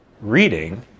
reading